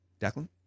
Declan